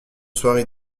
soirées